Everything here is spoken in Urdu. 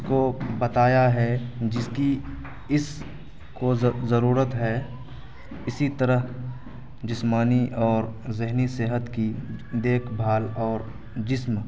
اس کو بتایا ہے جس کی اس کو ضرورت ہے اسی طرح جسمانی اور ذہنی صحت کی دیکھ بھال اور جسم